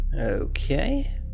Okay